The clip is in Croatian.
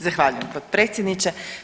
Zahvaljujem potpredsjedniče.